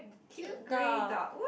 cute dog